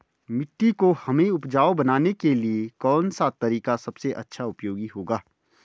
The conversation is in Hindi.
मिट्टी को हमें उपजाऊ बनाने के लिए कौन सा तरीका सबसे अच्छा उपयोगी होगा?